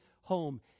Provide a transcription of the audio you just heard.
home